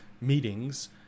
meetings